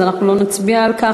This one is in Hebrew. אז אנחנו לא נצביע על כך.